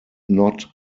not